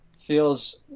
feels